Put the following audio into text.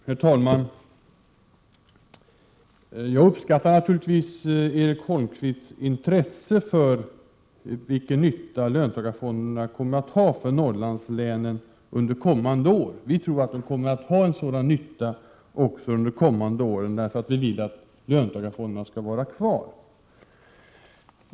Herr talman! Jag uppskattar naturligtvis Erik Holmkvists intresse för frågan om vilken nytta löntagarfonderna kommer att ha för Norrlandslänen under kommande år. Vi tror att de kommer att vara till nytta också under de kommande åren, och vi vill att löntagarfonderna skall finnas kvar.